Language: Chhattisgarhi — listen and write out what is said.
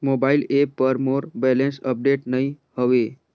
मोबाइल ऐप पर मोर बैलेंस अपडेट नई हवे